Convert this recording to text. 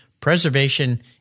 Preservation